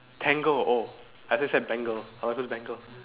tango oh I just said bangle I was like who's bangle